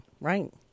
Right